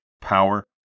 power